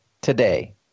today